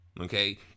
okay